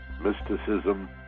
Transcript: mysticism